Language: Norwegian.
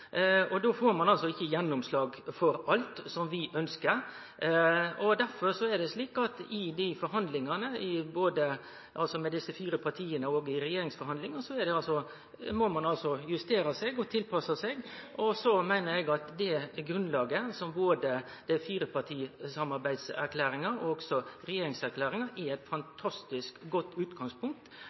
og då får ein altså ikkje gjennomslag for alt som vi ønskjer. I forhandlingane med desse fire partia, og i regjeringa, må ein justere seg og tilpasse seg. Eg meiner at grunnlaget i firepartisamarbeidserklæringa og også regjeringserklæringa er eit fantastisk godt utgangspunkt